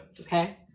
Okay